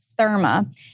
Therma